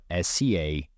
SCA